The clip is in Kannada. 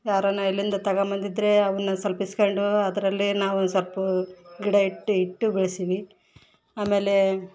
ಯಾರನ ಎಲ್ಲಿಂದ ತಗೊಂಬಂದಿದ್ರೆ ಅವುನ್ನ ಸ್ವಲ್ಫ್ ಇಸ್ಕೊಂಡೂ ಅದರಲ್ಲಿ ನಾವು ಸೊಪ್ಪು ಗಿಡ ಇಟ್ಟು ಇಟ್ಟು ಬೆಳ್ಸಿವಿ ಆಮೇಲೆ